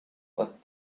but